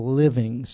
living